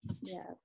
yes